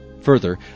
Further